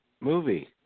movie